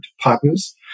partners